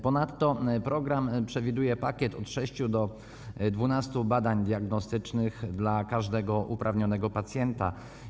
Ponadto program przewiduje pakiet od 6 do 12 badań diagnostycznych dla każdego uprawnionego pacjenta.